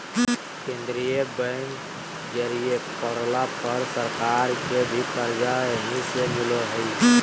केंद्रीय बैंक जरुरी पड़ला पर सरकार के भी कर्जा यहीं से मिलो हइ